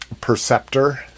Perceptor